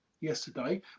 yesterday